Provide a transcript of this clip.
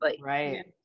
Right